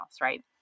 right